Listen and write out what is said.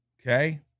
okay